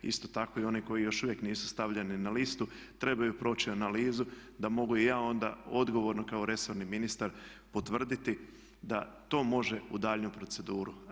Isto tako i oni koji još uvijek nisu stavljeni na listu trebaju proći analizu da mogu i ja onda odgovorno kao resorni ministar potvrditi da to može u daljnju proceduru.